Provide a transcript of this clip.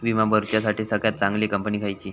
विमा भरुच्यासाठी सगळयात चागंली कंपनी खयची?